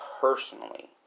personally